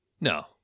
No